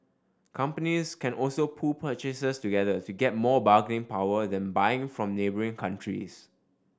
companies can also pool purchases together to get more bargaining power then buying from neighbouring countries